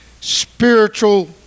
spiritual